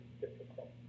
difficult